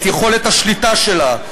את יכולת השליטה שלה,